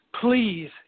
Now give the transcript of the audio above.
please